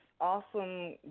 awesome